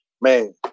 man